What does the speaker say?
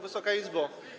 Wysoka Izbo!